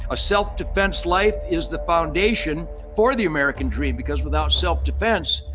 a self-defense life is the foundation for the american dream because without self-defense,